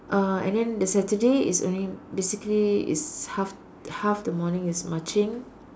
uh and then the Saturday it's only basically it's half half the morning is marching